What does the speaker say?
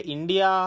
India